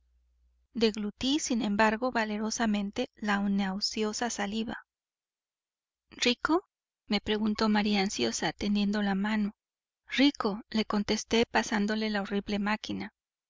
abominable deglutí sin embargo valerosamente la nauseosa saliva rico me preguntó maría ansiosa tendiendo la mano rico le contesté pasándole la horrible máquina